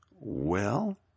Well